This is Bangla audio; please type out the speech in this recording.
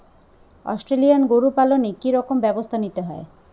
অস্ট্রেলিয়ান গরু পালনে কি রকম ব্যবস্থা নিতে হয়?